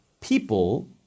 people